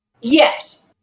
Yes